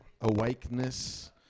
awakeness